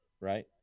right